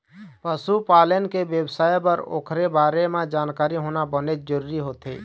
पशु पालन के बेवसाय बर ओखर बारे म जानकारी होना बनेच जरूरी होथे